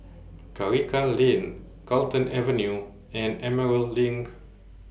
Karikal Lane Carlton Avenue and Emerald LINK